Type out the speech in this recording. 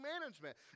management